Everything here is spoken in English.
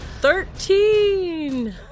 Thirteen